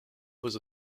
was